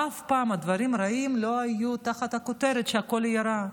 אף פעם הדברים הרעים לא היו תחת הכותרת שהכול יהיה רע,